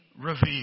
revealed